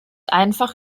einfach